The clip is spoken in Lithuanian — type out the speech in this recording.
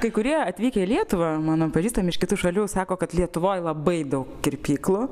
kai kurie atvykę į lietuvą mano pažįstami iš kitų šalių sako kad lietuvoj labai daug kirpyklų